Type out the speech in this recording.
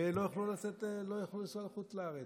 ולא יוכלו לנסוע לחוץ לארץ.